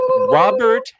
Robert